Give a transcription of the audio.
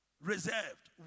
reserved